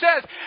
says